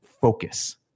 focus